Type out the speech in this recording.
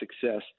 success